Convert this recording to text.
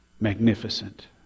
magnificent